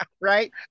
right